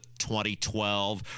2012